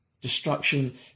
Destruction